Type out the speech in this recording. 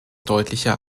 deutlicher